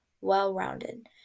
well-rounded